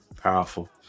Powerful